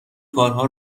کارها